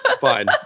fine